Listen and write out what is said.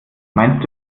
meinst